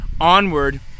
onward